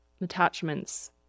Attachments